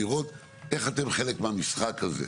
לראות איך אתם חלק מהמשחק הזה.